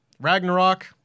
Ragnarok